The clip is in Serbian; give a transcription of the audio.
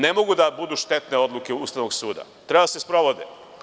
Ne mogu da budu štetne odluke Ustavnog suda, treba da se sprovode.